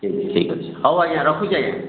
ଠିକ୍ ଅଛି ହେଉ ଆଜ୍ଞା ରଖୁଛି ଆଜ୍ଞା